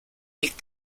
ilk